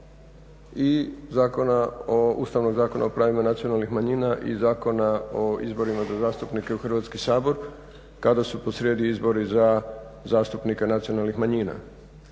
i Ustavnog zakona o pravima nacionalnih manjina i Zakona o izborima za zastupnike u Hrvatski sabor kada su posrijedi izbori za zastupnike nacionalnih manjina.